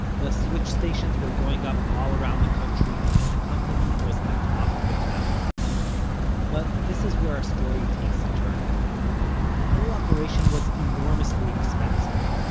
the switch stations were going up all around the country, and the company was the talk of the town but this is where our story takes a turn the whole operation was enormously expensive,